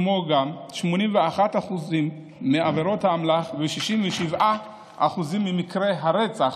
כמו גם 81% מעבירות האמל"ח ו-67% ממקרי הרצח.